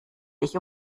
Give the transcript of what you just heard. dich